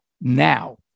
now